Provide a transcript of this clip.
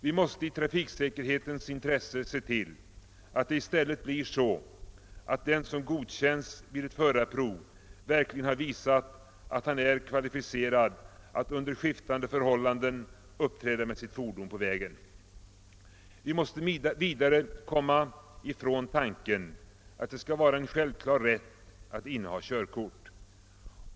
Vi måste i trafiksäkerhetens intresse se till att det i stället blir så, att den som godkänns vid ett förarprov verk ligen har visat att han är kvalificerad att under skiftande förhållanden uppträda med sitt fordon på vägen. Vi måste vidare komma ifrån tanken att det skall vara en självklar rätt att inneha körkort.